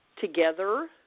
together